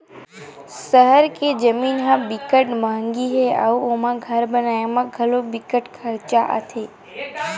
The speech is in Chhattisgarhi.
सहर के जमीन ह बिकट मंहगी हे अउ ओमा घर बनाए म घलो बिकट खरचा आथे